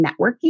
networking